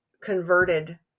converted